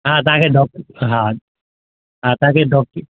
हा तव्हांखे ड्राक हा हा तव्हांखे ड्राक्यू